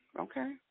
okay